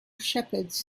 shepherds